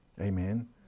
Amen